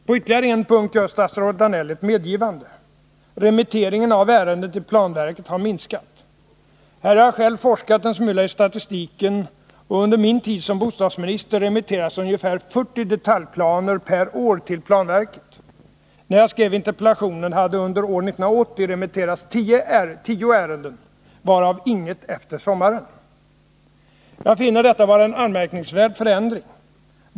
På ytterligare en punkt gör statsrådet Danell ett medgivande. Remitteringen av ärenden till planverket har minskat. Här har jag själv forskat en smula i statistiken. Under min tid som bostadsminister remitterades ungefär 40 detaljplaner per år till planverket. När jag skrev interpellationen hade under 1980 remitterats 10 ärenden, varav inget efter sommaren. Jag finner detta vara en anmärkningsvärd förändring.